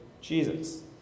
Jesus